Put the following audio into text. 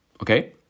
Okay